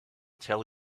tell